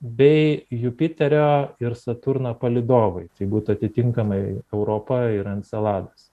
bei jupiterio ir saturno palydovai tai būtų atitinkamai europa ir enceladas